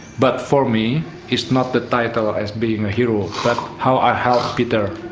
but for me it's not the title as being a hero but how i helped peter,